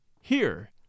Here